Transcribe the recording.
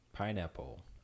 pineapple